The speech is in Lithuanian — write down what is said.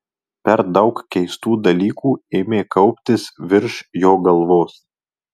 per daug keistų dalykų ėmė kauptis virš jo galvos